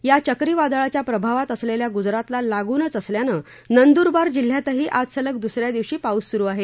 या चक्रीवादळाच्या प्रभावात असलेल्या गुजरातला लागूनच असल्यानं नंदूरबार जिल्ह्यात आज सलग दुसऱ्या दिवशीही पाऊस सुरुच आहे